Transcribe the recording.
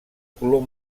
color